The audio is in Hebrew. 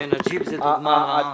הג'יפ הוא דוגמה.